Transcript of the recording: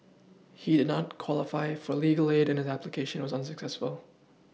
he did not qualify for legal aid and his application was unsuccessful